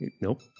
Nope